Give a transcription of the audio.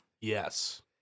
Yes